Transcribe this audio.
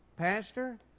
Pastor